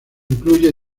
incluye